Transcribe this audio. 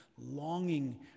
longing